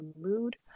mood